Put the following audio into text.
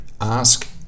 ask